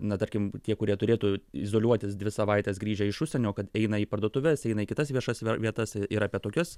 na tarkim tie kurie turėtų izoliuotis dvi savaites grįžę iš užsienio kad eina į parduotuves eina į kitas viešas vietas ir apie tokius